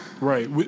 Right